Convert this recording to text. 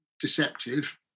deceptive